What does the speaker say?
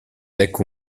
ecco